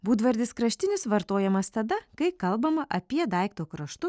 būdvardis kraštinis vartojamas tada kai kalbama apie daikto kraštus